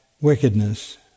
wickedness